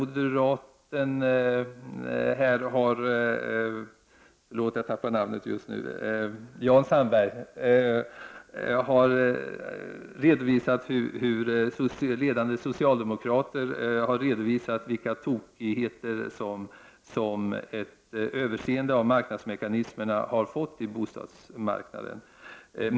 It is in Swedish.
Jan Sandberg talade om hur ledande socialdemokrater har redovisat vilka tokigheter som ett övergivande av marknadsmekanismerna har fått på bostadsmarknaden.